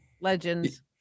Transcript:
legends